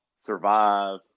survive